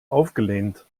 aufgelehnt